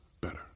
better